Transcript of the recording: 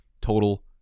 total